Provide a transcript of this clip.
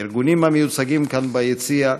לארגונים המיוצגים כאן ביציע.